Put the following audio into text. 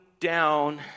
down